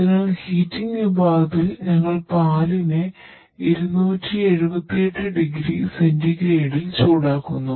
അതിനാൽ ഹീറ്റിംഗ് വിഭാഗത്തിൽ ഞങ്ങൾ പാലിനെ 278 ഡിഗ്രി സെന്റിഗ്രേഡിൽ ചൂടാക്കുന്നു